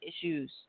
issues